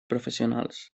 professionals